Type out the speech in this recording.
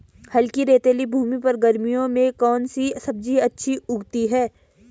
हल्की रेतीली भूमि पर गर्मियों में कौन सी सब्जी अच्छी उगती है?